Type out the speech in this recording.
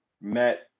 met